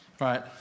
Right